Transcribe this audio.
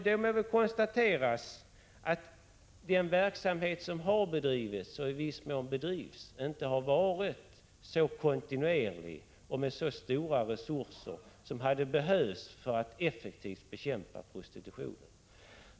Det bör konstateras att den verksamhet som har bedrivits och i viss mån bedrivs inte har varit så kontinuerlig och inte har haft så stora resurser som hade behövts för att effektivt bekämpa prostitutionen.